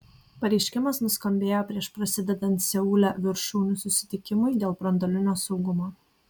pareiškimas nuskambėjo prieš prasidedant seule viršūnių susitikimui dėl branduolinio saugumo